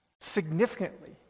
Significantly